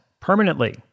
permanently